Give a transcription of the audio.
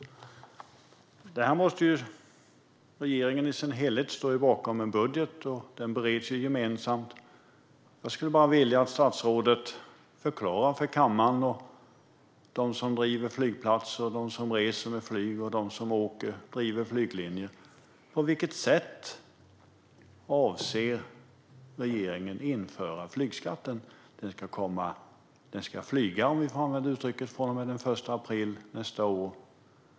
Regeringen i sin helhet står ju bakom en budget, och den bereds gemensamt. Jag skulle vilja att statsrådet förklarar för kammaren och för dem som driver flygplatser, reser med flyg och driver flyglinjer på vilket sätt regeringen avser att införa flygskatten. Den ska flyga, om vi får använda det uttrycket, från och med den 1 april nästa år.